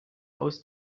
aus